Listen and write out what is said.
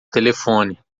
telefone